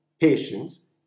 patience